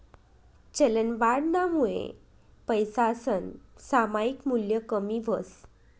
चलनवाढनामुये पैसासनं सामायिक मूल्य कमी व्हस